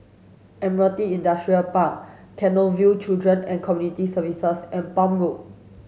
Admiralty Industrial Park Canossaville Children and Community Services and Palm Road